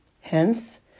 Hence